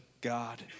God